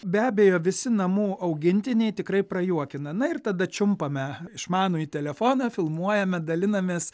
be abejo visi namų augintiniai tikrai prajuokina na ir tada čiumpame išmanųjį telefoną filmuojame dalinamės